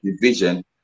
division